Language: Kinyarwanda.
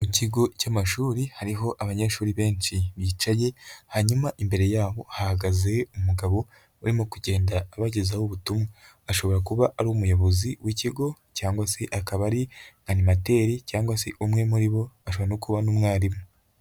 Mu kigo cy'amashuri hariho abanyeshuri benshi bicaye, hanyuma imbere yabo ahagaze umugabo, urimo kugenda abagezaho ubutumwa, ashobora kuba ari umuyobozi w'ikigo cyangwa se akaba ari animateri cyangwa se umwe muri bo, ashobora no kubona n'umwarimu.